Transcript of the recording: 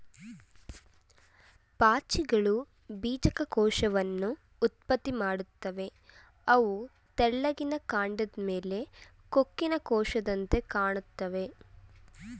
ಪಾಚಿಗಳು ಬೀಜಕ ಕೋಶವನ್ನ ಉತ್ಪತ್ತಿ ಮಾಡ್ತವೆ ಅವು ತೆಳ್ಳಿಗಿನ ಕಾಂಡದ್ ಮೇಲೆ ಕೊಕ್ಕಿನ ಕೋಶದಂತೆ ಕಾಣ್ತಾವೆ